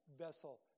vessel